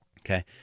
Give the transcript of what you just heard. Okay